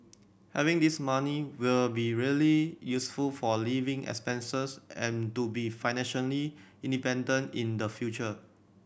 having this money will be really useful for living expenses and to be financially independent in the future